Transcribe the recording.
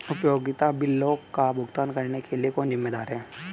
उपयोगिता बिलों का भुगतान करने के लिए कौन जिम्मेदार है?